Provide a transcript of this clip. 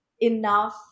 enough